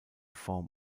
form